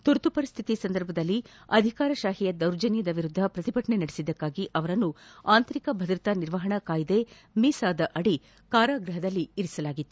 ತುರ್ತು ಪರಿಸ್ಟಿತಿ ಸಂದರ್ಭದಲ್ಲಿ ಅಧಿಕಾರತಾಹಿಯ ದೌರ್ಜನ್ಯದ ವಿರುದ್ದ ಪ್ರತಿಭಟನೆ ನಡೆಸಿದ್ದಕ್ಕಾಗಿ ಅವರನ್ನು ಆಂತರಿಕ ಭದ್ರತಾ ನಿರ್ವಹಣಾ ಕಾಯ್ದೆ ಮೀಸಾದಡಿ ಕಾರಾಗ್ಭಹದಲ್ಲಿ ಇರಿಸಲಾಗಿತ್ತು